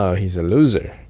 ah he's a loser.